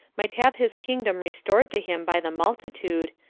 might have his kingdom restored to him by the multitude,